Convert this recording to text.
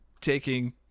taking